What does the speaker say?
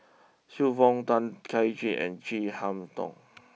Xiu Fang Tay Kay Chin and Chin Harn Tong